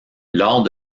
lors